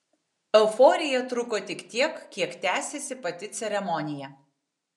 euforija truko tik tiek kiek tęsėsi pati ceremonija